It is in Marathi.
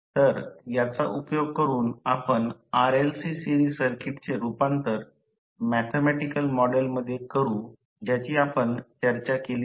तर याचा उपयोग करून आपण RLC सिरीस सर्किटचे रूपांतर मॅथॅमॅटिकल मॉडेलमध्ये करू ज्याची आपण चर्चा केली होती